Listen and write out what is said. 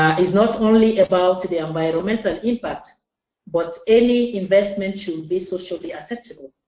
it's not only about the environmental impact but any investment should be socially acceptable.